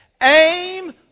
Aim